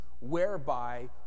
whereby